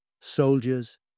Soldiers